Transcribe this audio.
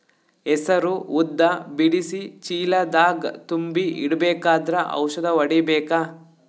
ಹೆಸರು ಉದ್ದ ಬಿಡಿಸಿ ಚೀಲ ದಾಗ್ ತುಂಬಿ ಇಡ್ಬೇಕಾದ್ರ ಔಷದ ಹೊಡಿಬೇಕ?